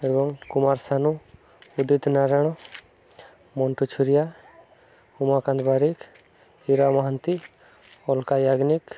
ଏବଂ କୁମାର ସାନୁ ଉଦିତ୍ ନାରାୟଣ ମଣ୍ଟୁ ଛୁରିଆ ଉମାକାନ୍ତ ବାରିକ ଇରା ମହାନ୍ତି ଅଲକା ୟାଗ୍ନିକ